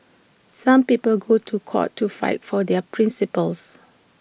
some people go to court to fight for their principles